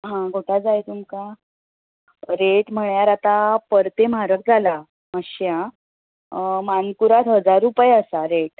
आ घोटां जाय तुमकां रेट म्हळ्यार आतां परते म्हारग जाला माश्शे आ मानकुराद हजार रुपय आसा रेट